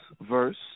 verse